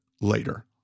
Later